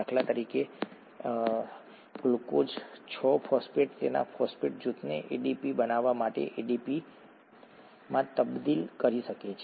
દાખલા તરીકે glucose 6 phosphate તેના ફોસ્ફેટ જૂથને એડીપી બનાવવા માટે એડીપી માં તબદિલ કરી શકે છે